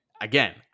again